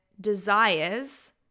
desires